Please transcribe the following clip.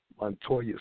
Montoya